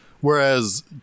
Whereas